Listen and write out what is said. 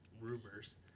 rumors